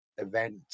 event